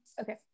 Okay